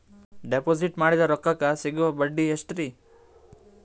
Deposit ಮಾಡಿದ ರೊಕ್ಕಕೆ ಸಿಗುವ ಬಡ್ಡಿ ಎಷ್ಟ್ರೀ?